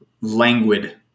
languid